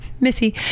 Missy